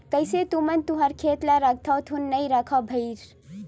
कइसे तुमन तुँहर खेत ल राखथँव धुन नइ रखव भइर?